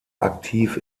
aktiv